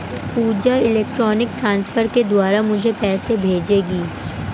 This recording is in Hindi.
पूजा इलेक्ट्रॉनिक ट्रांसफर के द्वारा मुझें पैसा भेजेगी